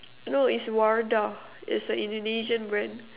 no it's Wardah it's a Indonesian brand